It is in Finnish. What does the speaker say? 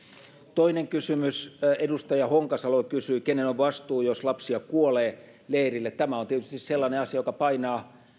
toinen kysymys edustaja honkasalo kysyi kenen on vastuu jos lapsia kuolee leirille tämä on tietysti sellainen asia joka painaa